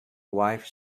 wife